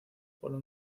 polo